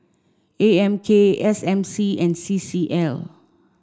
A M K S M C and C C L